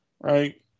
Right